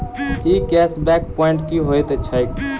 ई cash back point की होइत छैक?